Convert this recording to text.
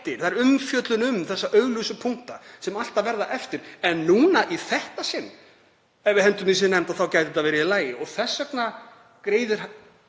það er umfjöllun um þessa augljósu punkta sem alltaf verða eftir. En í þetta sinn, ef við hendum málinu í nefnd gæti það orðið í lagi og þess vegna greiðir